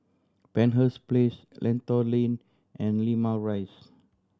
Penshurst Place Lentor Lane and Limau Rise